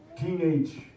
teenage